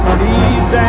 Please